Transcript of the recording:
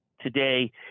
today